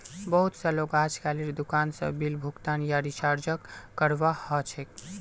बहुत स लोग अजकालेर दुकान स बिल भुगतान या रीचार्जक करवा ह छेक